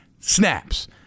SNAPS